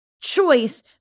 choice